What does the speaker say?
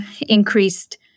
increased